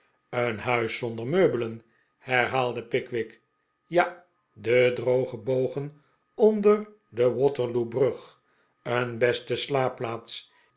een huis zonder meubelen herhaalde pickwick ja de droge bogen onder de waterloo brug een beste slaapplaats